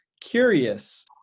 curious